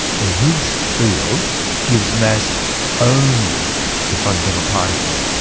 the higgs field gives mass only to fundamental particles,